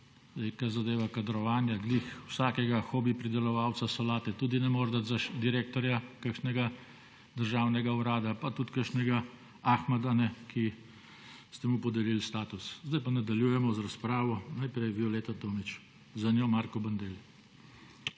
Kar zadeva kadrovanje, ravno vsakega hobi pridelovalca solate tudi ne morete dati za direktorja kakšnega državnega urada, pa tudi kakšnega Ahmeda ne, ki ste mu podelili status. Zdaj pa nadaljujemo razpravo. Najprej Violeta Tomić, za njo Marko Bandelli.